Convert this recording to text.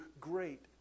great